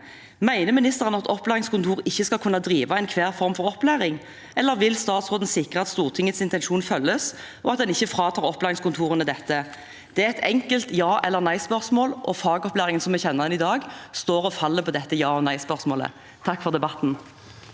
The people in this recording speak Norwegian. Mener ministeren at opplæringskontoret ikke skal kunne drive enhver form for opplæring, eller vil statsråden sikre at Stortingets intensjon følges, og at en ikke fratar opplæringskontorene dette? Det er et enkelt ja/nei-spørsmål. Fagopplæringen slik vi kjenner den i dag, står og faller med dette ja/nei-spørsmålet. Jeg takker for debatten.